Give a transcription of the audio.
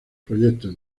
proyectos